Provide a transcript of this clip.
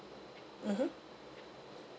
mmhmm